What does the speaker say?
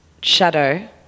shadow